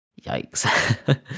yikes